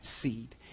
seed